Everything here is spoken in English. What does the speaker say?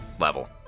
level